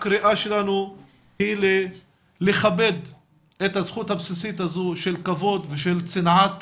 הקריאה שלנו היא לכבד את הזכות הבסיסית הזו של כבוד ושל צנעת